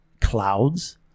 clouds